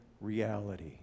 reality